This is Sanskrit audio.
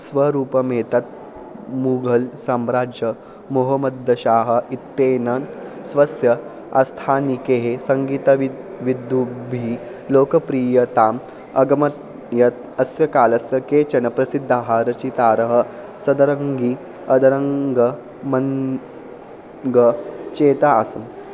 स्वरूपमेतत् मुघल् सम्राजा मोहम्मदशाह् इत्यनेन स्वस्य आस्थानिकैः सङ्गीतविद् विद्वद्भिः लोकप्रियताम् अगमयत् अस्य कालस्य केचन प्रसिद्धाः रचयितारः सदरङ्ग् अदरङ्ग् मन्रङ्ग् चैते आसन्